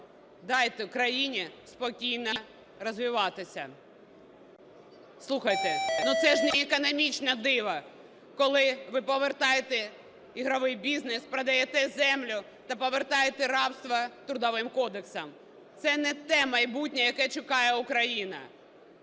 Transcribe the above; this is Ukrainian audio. Дайте країні спокійно розвиватися. Слухайте, це ж не економічне диво, коли ви повертаєте ігровий бізнес, продаєте землю та повертаєте рабство Трудовим кодексом. Це не те майбутнє, яке чекає Україна.